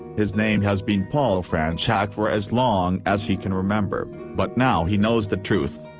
his name has been paul fronczak for as long as he can remember, but now he knows the truth.